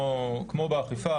כמו באכיפה,